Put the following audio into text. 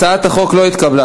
הצעת החוק לא התקבלה.